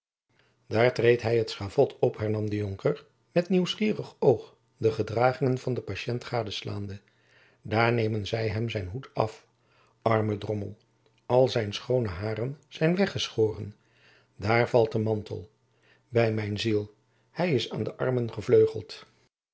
daar treedt hy het schavot op hernam de jonker met nieuwsgierig oog de gedragingen van den patiënt gadeslaande daar nemen zij hem zijn hoed af arme drommel al zijn schoone hairen zijn weggeschoren daar valt de mantel by mijn ziel hy is aan de armen gevleugeld